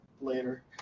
later